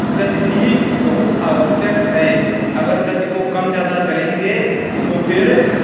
गति भी बहुत आवश्यक है अगर गति को कम ज़्यादा करेंगे तो फिर